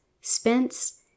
Spence